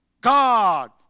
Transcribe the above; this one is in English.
God